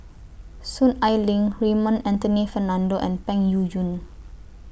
Soon Ai Ling Raymond Anthony Fernando and Peng Yuyun